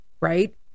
right